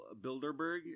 Bilderberg